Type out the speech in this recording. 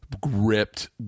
gripped